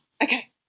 okay